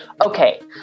Okay